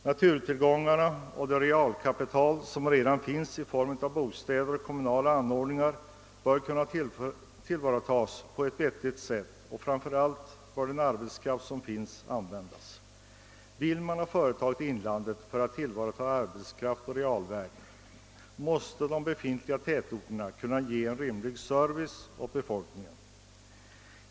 Naturtillgångarna och det realkapital som redan finns i form av bostäder och kommunala anordningar bör kunna tillvaratas på ett vettigt sätt, och framför allt bör man använda den arbetskraft som finns. Vill man ha företag i inlandet för att tillvarata arbetskraft och realvärden måste de befintliga tätorterna kunna ge rimlig service åt befolkningen.